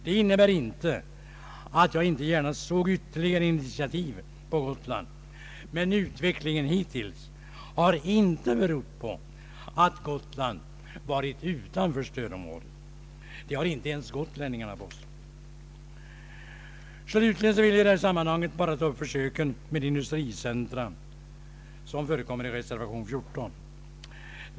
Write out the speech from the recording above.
Det innebär inte att jag inte gärna skulle se ytterligare initiativ på Gotland, men utvecklingen hittills har inte berott på att Gotland varit utanför stödområdet. Det har inte ens gotlänningarna påstått. Slutligen vill jag i det här sammanhanget ta upp försöken med industricentra som berörs i reservation 14.